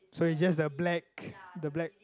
so it's just the black the black